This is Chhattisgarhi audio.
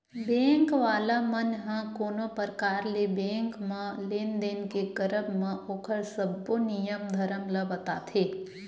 बेंक वाला मन ह कोनो परकार ले बेंक म लेन देन के करब म ओखर सब्बो नियम धरम ल बताथे